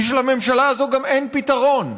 היא שלממשלה הזאת אין גם פתרון,